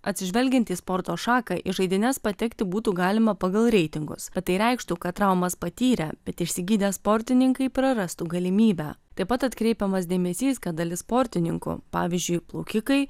atsižvelgiant į sporto šaką į žaidynes patekti būtų galima pagal reitingus bet tai reikštų kad traumas patyrę bet išsigydę sportininkai prarastų galimybę taip pat atkreipiamas dėmesys kad dalis sportininkų pavyzdžiui plaukikai